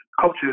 coaches